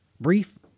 Brief